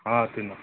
తిను